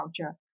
culture